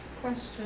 Question